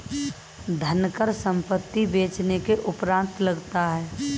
धनकर संपत्ति बेचने के उपरांत लगता है